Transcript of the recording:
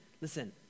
listen